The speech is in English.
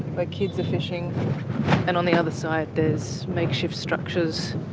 where kids are fishing and on the other side there's makeshift structures,